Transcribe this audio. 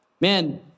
Man